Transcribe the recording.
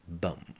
bum